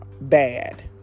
bad